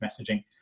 messaging